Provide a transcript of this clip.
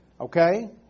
Okay